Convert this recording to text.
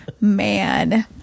Man